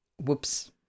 whoops